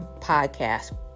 podcast